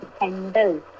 handle